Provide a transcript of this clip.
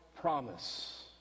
promise